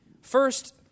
First